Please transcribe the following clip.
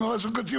אני ממש על קוצים,